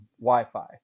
Wi-Fi